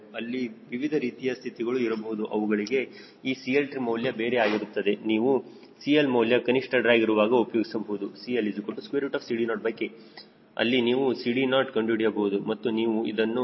ಅಲ್ಲಿ ವಿವಿಧ ರೀತಿಯ ಸ್ಥಿತಿಗಳು ಇರಬಹುದು ಅವುಗಳಿಗೆ ಈ 𝐶Ltrim ಮೌಲ್ಯ ಬೇರೆ ಆಗಿರುತ್ತದೆ ನೀವು CL ಮೌಲ್ಯ ಕನಿಷ್ಠ ಡ್ರ್ಯಾಗ್ ಇರುವಾಗ ಉಪಯೋಗಿಸಬಹುದು ಅಂದರೆ CLCD0K ಅಲ್ಲಿ ನೀವು CD0 ಕಂಡುಹಿಡಿಯಬಹುದು ಮತ್ತು ನೀವು ಅದನ್ನು 0